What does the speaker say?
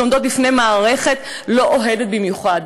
שעומדות בפני מערכת לא אוהדת במיוחד.